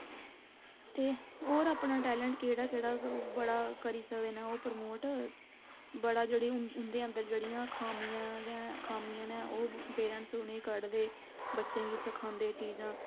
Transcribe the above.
ते होर अपना टैलंट केह्ड़ा केह्ड़ा बड़ा करी सकदे न ओह् परमोट बड़ा जेह्ड़ी उं'दे अन्दर जेह्ड़ियां खामियां न ओ्ह् पेरैंटस उनेंई कढदे बच्चें गी सखांदे चीज़ां